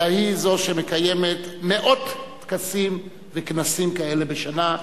אלא היא זו שמקיימת מאות טקסים וכנסים כאלה בשנה.